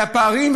והפערים,